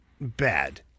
bad